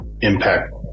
impact